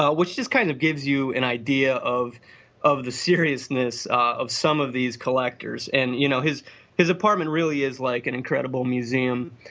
ah which just kind of gives you an idea of of the seriousness of some of these collectors, and you know now his apartment really is like an incredible museum.